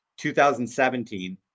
2017